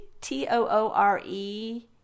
T-O-O-R-E